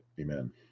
Amen